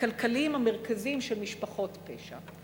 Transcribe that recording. הכלכליים המרכזיים של משפחות פשע.